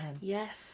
Yes